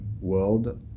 world